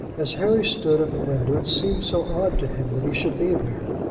as harry stood at the window it seemed so odd to him that he should be there.